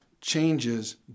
changes